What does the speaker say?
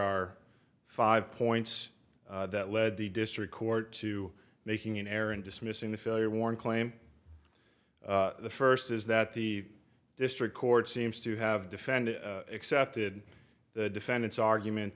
are five points that lead the district court to making an error and dismissing the failure warrant claim the first is that the district court seems to have defended accepted the defendant's argument